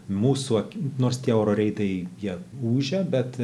mūsų akim nors tie oro reitai jie ūžia bet